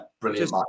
brilliant